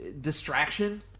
distraction